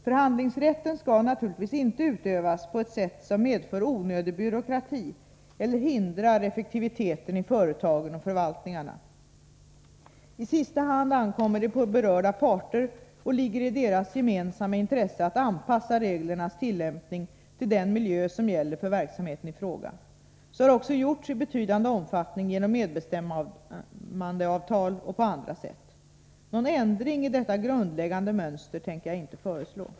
Förhandlingsrätten skall naturligtvis inte utövas på ett sätt som medför onödig byråkrati eller hindrar effektiviteten i företagen och förvaltningarna. I sista hand ankommer det på berörda parter och ligger i deras gemensamma intresse att anpassa reglernas tillämpning till den miljö som gäller för verksamheten i fråga. Så har också gjorts i betydande omfattning genom medbestämmandeavtal och på andra sätt. Någon ändring i detta grundläggande mönster tänker jag inte föreslå.